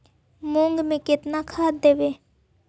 मुंग में केतना खाद देवे?